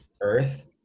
earth